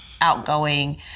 outgoing